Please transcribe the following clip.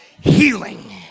healing